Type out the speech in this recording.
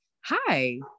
hi